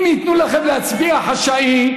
אם ייתנו לכם הצבעה חשאית,